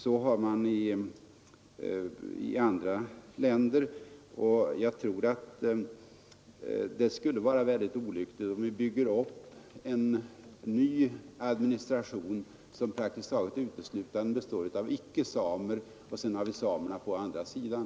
Det har man i andra länder. Det skulle vara olyckligt, menar jag, om vi nu bygger upp en administration bestående praktiskt taget uteslutande av icke-samer och får denna tjänstemannastab som överhetspersoner på ena sidan och samerna på andra sidan.